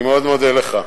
אני מאוד מודה לך.